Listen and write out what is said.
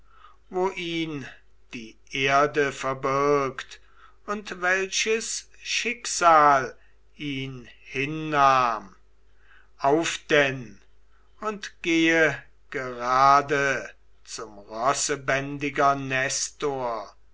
wo ihn die erde verbirgt und welches schicksal ihn hinnahm auf denn und gehe gerade zum